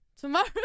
tomorrow